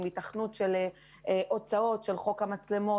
עם היתכנות של חוק המצלמות,